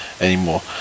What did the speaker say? anymore